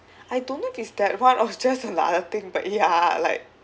I don't know if it's that one or it's just another thing but ya like